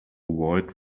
avoid